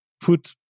put